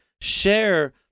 share